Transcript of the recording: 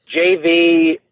JV